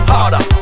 Harder